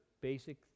basic